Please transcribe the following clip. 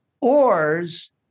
oars